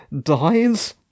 dies